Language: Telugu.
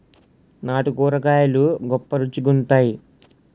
నాటు కూరగాయలు గొప్ప రుచి గుంత్తై